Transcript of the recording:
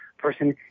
person